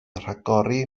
rhagori